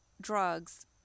drugs